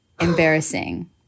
embarrassing